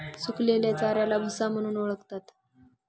सुकलेल्या चाऱ्याला भुसा म्हणून ओळखतात